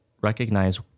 recognize